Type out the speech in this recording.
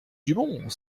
dumont